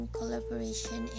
collaboration